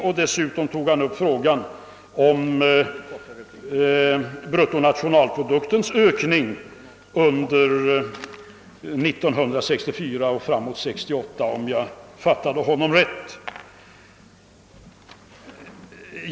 Likaså tog han upp bruttonationalproduktens ökning under 1964 fram till 1968, om jag fattade honom rätt.